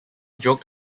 joked